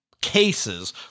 cases